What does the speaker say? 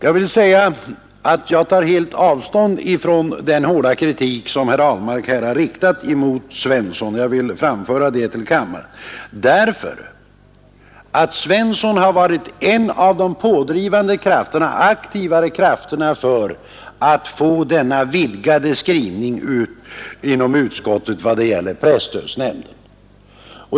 Jag vill säga att jag helt tar avstånd från den hårda kritik som herr Ahlmark riktat mot herr Svensson — jag vill framföra det till kammaren — ty herr Svensson har varit en av de pådrivande och aktivare krafterna för att få denna vidgade skrivning inom utskottet i vad gäller presstödsnämnden.